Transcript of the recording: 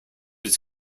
its